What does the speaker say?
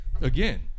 again